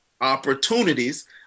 opportunities